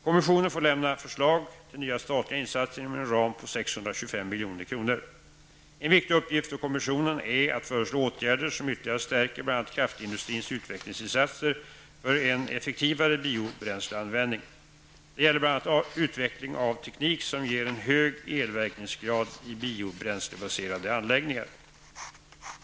Kommissionen får lämna förslag till nya statliga insatser inom en ram på 625 milj.kr. En viktig uppgift för kommissionen är att föreslå åtgärder som ytterligare stärker bl.a. kraftindustrins utvecklingsinsatser för en effektivare biobränsleanvändning. Det gäller bl.a. utveckling av teknik som ger en hög elverkningsgrad i biobränslebaserade anläggningar.